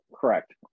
Correct